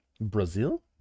Brazil